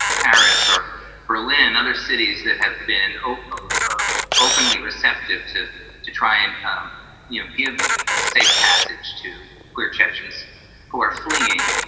paris or berlin? other cities that have been openly ah openly receptive to to try and um you know give ah safe passage to clear chechens who are fleeing.